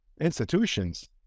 institutions